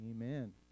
Amen